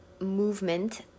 movement